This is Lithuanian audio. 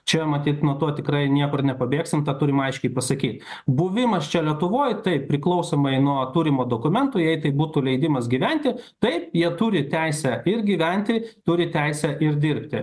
čia matyt nuo to tikrai niekur nepabėgsimtą turime aiškiai pasakyt buvimas čia lietuvoj taip priklausomai nuo turimo dokumento jei tai būtų leidimas gyventi taip jie turi teisę ir gyventi turi teisę ir dirbti